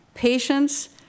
patience